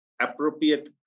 appropriate